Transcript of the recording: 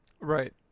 Right